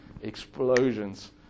explosions